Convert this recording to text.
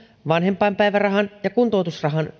vanhempainpäivärahan ja kuntoutusrahan